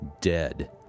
dead